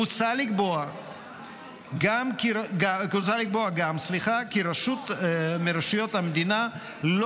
הוצע לקבוע גם כי רשות מרשויות המדינה לא